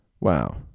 wow